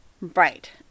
Right